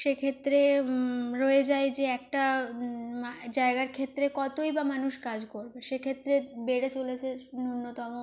সেক্ষেত্রে রয়ে যায় যে একটা জায়গার ক্ষেত্রে কতোই বা মানুষ কাজ করবে সেক্ষেত্রে বেড়ে চলেছে ন্যুনতম